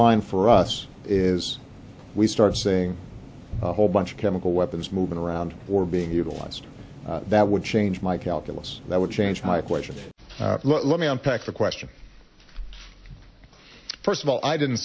line for us is we start seeing a whole bunch of chemical weapons moving around or being utilized that would change my calculus that would change my equation but let me unpack the question first of all i didn't